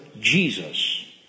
Jesus